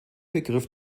begriff